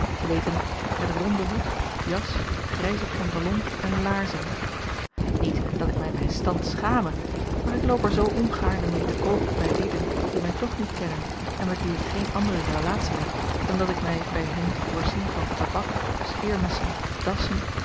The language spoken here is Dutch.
t w met ronden hoed jas grijzen pantalon en laarzen niet dat ik mij mijn stand schame maar ik loop er zoo ongaarne meê te koop bij lieden die mij toch niet kennen en met wie ik geen andere relatie heb dan dat ik mij bij hen voorzie van tabak scheermessen dassen